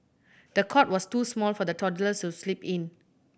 the cot was too small for the toddlers to sleep in